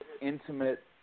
intimate